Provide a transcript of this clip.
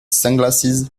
sunglasses